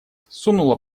сунула